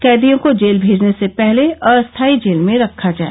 कैदियों को जेल भेजने से पहिले अस्थायी जेल में रखा जाय